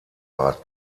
bat